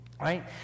right